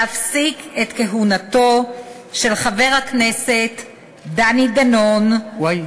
להפסיק את כהונתו של חבר הכנסת דני דנון, וואי.